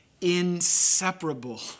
inseparable